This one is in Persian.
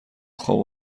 خواب